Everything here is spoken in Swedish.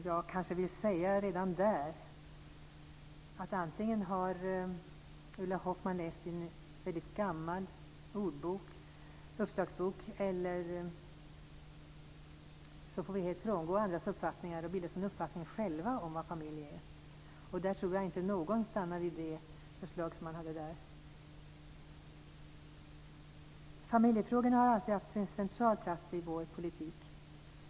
Jag kan redan här säga att antingen har Ulla Hoffmann läst i en väldigt gammal uppslagsbok eller så får vi helt frångå andras uppfattningar och bilda oss en uppfattning själva om vad familj är. Där tror jag inte att någon stannar vid det förslag som Ulla Hoffmann förde fram. Familjefrågorna har alltid haft en central plats i vår politik.